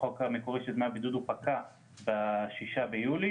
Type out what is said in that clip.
החוק המקורי של דמי הבידוד פקע ב-6 ביולי